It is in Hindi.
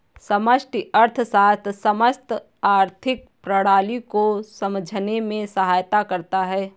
समष्टि अर्थशास्त्र समस्त आर्थिक प्रणाली को समझने में सहायता करता है